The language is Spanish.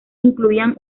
incluían